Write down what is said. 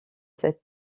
cette